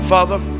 Father